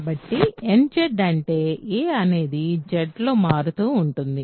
కాబట్టి nZ అంటే a అనేది Zలో మారుతూ ఉంటుంది